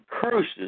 curses